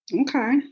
Okay